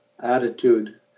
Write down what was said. attitude